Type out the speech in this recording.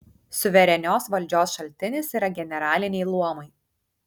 suverenios valdžios šaltinis yra generaliniai luomai